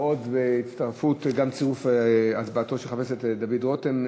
וגם צירוף הצבעתו של חבר הכנסת דוד רותם,